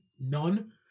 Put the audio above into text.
None